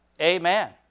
Amen